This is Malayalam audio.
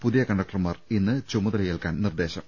പുതിയ കണ്ട ക്ടർമാർ ഇന്ന് ചുമതലയേൽക്കാൻ നിർദ്ദേശം